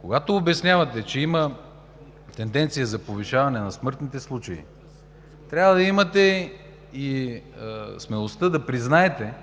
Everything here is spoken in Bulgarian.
Когато обяснявате, че има тенденция за повишаване на смъртните случаи, трябва да имате и смелостта да признаете,